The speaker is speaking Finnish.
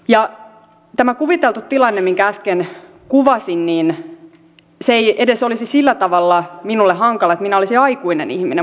ja tämä kuviteltu tilanne minkä äsken kuvasin ei edes olisi sillä tavalla minulle hankala koska minä olisin aikuinen ihminen